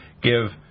give